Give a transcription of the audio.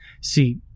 See